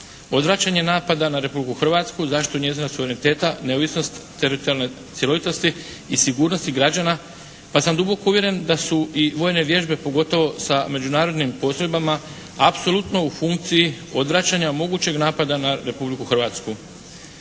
odvraćanje napada na Republiku Hrvatsku, zaštita njezina suvereniteta, neovisnost, teritorijalne cjelovitosti i sigurnosti građana pa sam duboko uvjeren da su i vojne vježbe pogotovo sa međunarodnim postrojbama apsolutno u funkciji odvraćanja mogućeg napada na Republiku Hrvatsku.